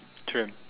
tram